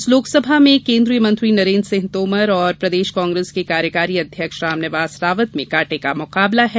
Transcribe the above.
इस लोकसभा में केंद्रीय मंत्री नरेंद्र सिंह तोमर व प्रदेश कांग्रेस के कार्यकारी अध्यक्ष रामनिवास रावत में कांटे का मुकाबला है